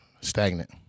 Stagnant